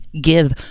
give